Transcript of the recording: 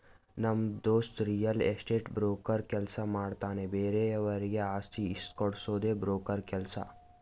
ನಮ್ ದೋಸ್ತ real estate broker ಕೆಲ್ಸ ಮಾಡ್ತಾನ್ ಬೇರೆವರಿಗ್ ಆಸ್ತಿ ಇಸ್ಕೊಡ್ಡದೆ ಬ್ರೋಕರ್ ಕೆಲ್ಸ